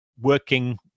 working